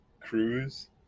cruise